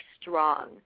strong